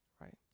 right